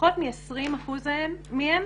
פחות מ-20 אחוזים מהם